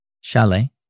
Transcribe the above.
Chalet